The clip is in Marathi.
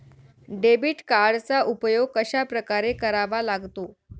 डेबिट कार्डचा उपयोग कशाप्रकारे करावा लागतो?